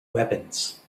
weapons